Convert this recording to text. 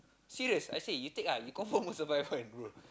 serious I say you take ah you confirm won't survive one bro